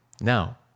Now